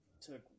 took